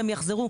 והם יחזרו.